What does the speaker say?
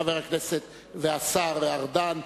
חבר הכנסת והשר ארדן,